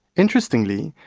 interestingly,